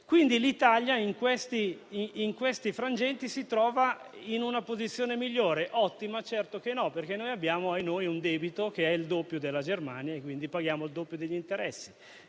Quindi l'Italia, in questi frangenti, si trova in una posizione migliore. Ottima? Certo che no, perché abbiamo - ahinoi - un debito che è il doppio di quello della Germania e, quindi, paghiamo il doppio degli interessi.